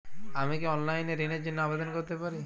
আমি কি অনলাইন এ ঋণ র জন্য আবেদন করতে পারি?